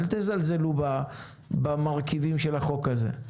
אל תזלזלו במרכיבים של החוק הזה.